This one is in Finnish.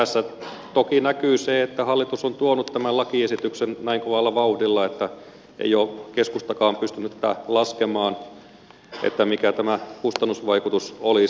tässä toki näkyy se että hallitus on tuonut tämän lakiesityksen näin kovalla vauhdilla niin että ei ole keskustakaan pystynyt laskemaan sitä mikä tämä kustannusvaikutus olisi